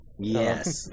Yes